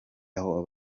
aho